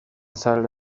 zale